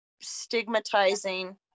stigmatizing